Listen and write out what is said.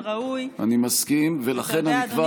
ירושלים ולקיים את --- אני אחכה שהשר ישמע.